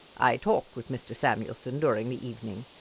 i talked with mr. samuelson during the evening,